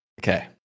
okay